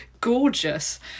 gorgeous